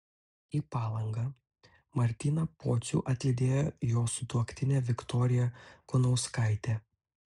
į palangą martyną pocių atlydėjo jo sutuoktinė viktorija kunauskaitė